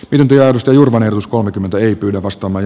yhtiö osti jurvanen plus kolmekymmentä ei kyllä vastaamaan